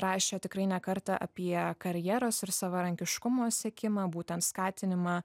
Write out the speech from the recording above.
rašė tikrai ne kartą apie karjeros ir savarankiškumo siekimą būten skatinimą